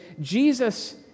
Jesus